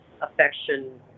affection